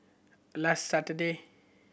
last Saturday